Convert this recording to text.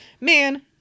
man